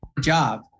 job